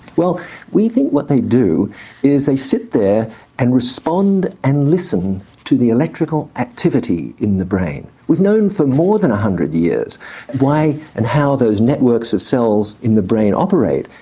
well we think what they do is they sit there and respond and listen to the electrical activity in the brain. we've known for more than one hundred years why and how those networks of cells in the brain operate,